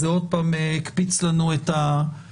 זה עוד פעם הקפיץ לנו את הדופק.